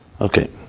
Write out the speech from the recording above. Okay